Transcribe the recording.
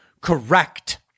correct